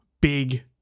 big